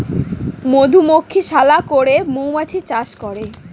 মধুমক্ষিশালা করে মৌমাছি চাষ করে